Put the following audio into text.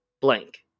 blank